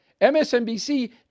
MSNBC